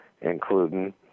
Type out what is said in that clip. including